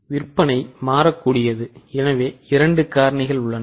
விற்பனை மாறக்கூடியது எனவே இரண்டு காரணிகள் உள்ளன